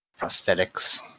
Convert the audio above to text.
prosthetics